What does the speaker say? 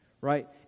Right